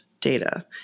Data